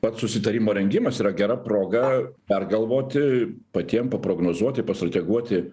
pats susitarimo rengimas yra gera proga pergalvoti patiem paprognozuoti pastrateguoti